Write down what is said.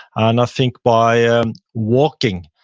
and i think by um walking,